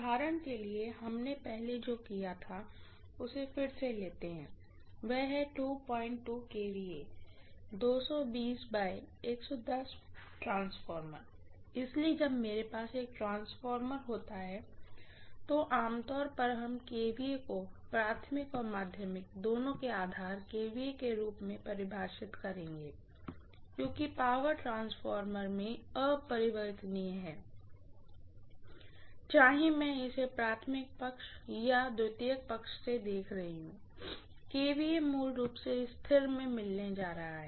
उदाहरण के लिए हमने जो पहले लिया था उसे फिर से लेते हैं वह है kVA ट्रांसफार्मर इसलिए जब मेरे पास एक ट्रांसफार्मर होता है तो आमतौर पर हम kVA को प्राइमरी और सेकेंडरी दोनों के लिए आधार kVA के रूप में परिभाषित करेंगे क्योंकि पावर ट्रांसफार्मर में अपरिवर्तनीय है चाहे मैं इसे प्राइमरी साइड या सेकेंडरी साइड से देख रही हूँ kVA मूल रूप से स्थिर मैं मिलने जा रहा है